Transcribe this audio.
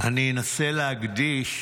אני אנסה להקדיש